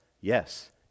yes